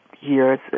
years